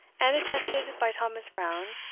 and attested by thomas brown,